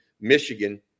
Michigan